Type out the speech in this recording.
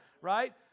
right